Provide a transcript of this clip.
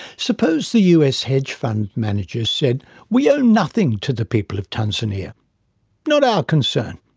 suppose the us hedge fund managers said we owe nothing to the people of tanzania not our concern.